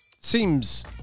seems